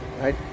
right